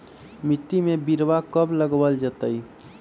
मिट्टी में बिरवा कब लगवल जयतई?